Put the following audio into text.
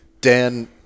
Dan